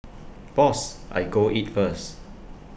boss I go eat first